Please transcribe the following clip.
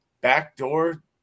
backdoor